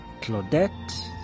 Claudette